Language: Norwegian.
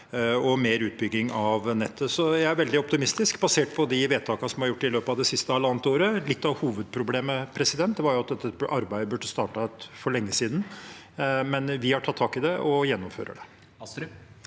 og mer utbygging av nettet. Så jeg er veldig optimistisk basert på de vedtakene som er gjort i løpet av det siste halvannet året. Litt av hovedproblemet var jo at dette arbeidet burde startet for lenge siden, men vi har tatt tak i det og gjennomfører det.